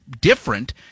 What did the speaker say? different